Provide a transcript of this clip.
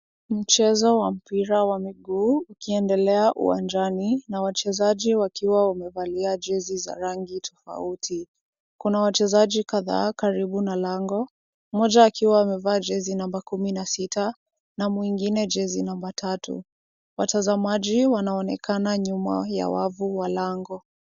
Mchezo wa mpira wa miguu ukiendelea uwanjani, na wachezaji wakiwa wamevalia jezi za rangi tofauti. Kuna wachezaji kadhaa karibu na lango, mmoja akiwa amevaa jezi number kumi na sita, na mwingine jezi number 3. Watazamaji wanaonekana nyuma ya wavu wa lango.